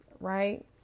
Right